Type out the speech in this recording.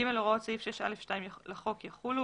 הוראות סעיפים 6א2 לחוק יחולו,